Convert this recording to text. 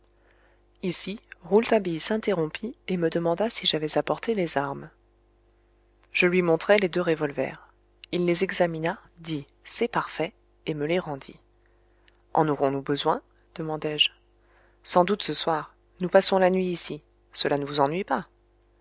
ici rouletabille s'interrompit et me demanda si j'avais apporté les armes je lui montrai les deux revolvers il les examina dit c'est parfait et me les rendit en aurons-nous besoin demandai-je sans doute ce soir nous passons la nuit ici cela ne vous ennuie pas